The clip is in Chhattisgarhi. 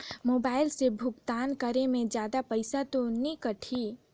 मोबाइल से भुगतान करे मे जादा पईसा तो नि कटही?